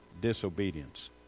disobedience